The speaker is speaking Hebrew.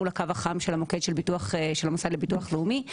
מול הקו החם של המוקד של המוסד לביטוח לאומי,